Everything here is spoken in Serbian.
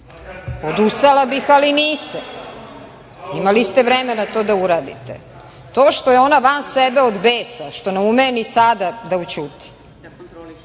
odustala bih, ali niste, imali ste vremena da to uradite. To što je ona van sebe od besa, što ne ume ni sada da ućuti,